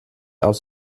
aus